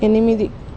ఎనిమిది